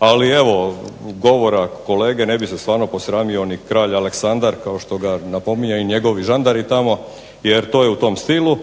ali evo govora kolege ne bi se stvarno posramio ni kralj Aleksandar kao što ga napominje i njegovi žandari tamo jer to je u tom stilu.